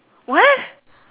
what